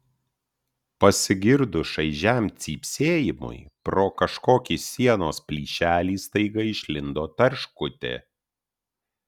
pasigirdus šaižiam cypsėjimui pro kažkokį sienos plyšelį staiga išlindo tarškutė